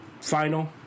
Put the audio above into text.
final